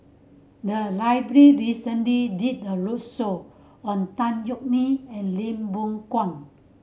the library recently did a roadshow on Tan Yeok Nee and Lim Boon Kwang